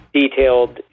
detailed